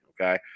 Okay